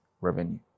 revenue